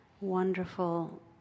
Wonderful